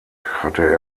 hatte